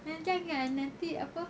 ah jangan nanti apa